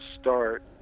start